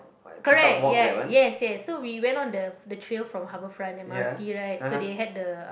correct ya yes yes so we went on the the trail from Harboutfront M_R_T right so they had the